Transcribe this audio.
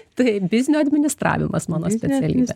taip biznio administravimas mano specialybė